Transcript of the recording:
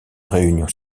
réunion